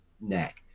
neck